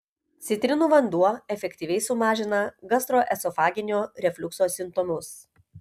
citrinų vanduo efektyviai sumažina gastroezofaginio refliukso simptomus